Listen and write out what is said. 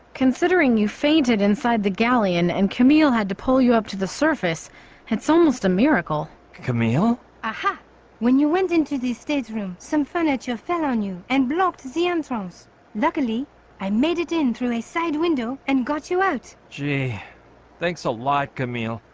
considering you fainted inside the galleon and camille had to pull you up to the surface it's so almost a miracle camille aha when you went into the state's room some furniture fell on you and blocked the entrance luckily i made it in through a side window and got you out gee thanks a lot camille.